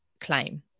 claim